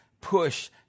push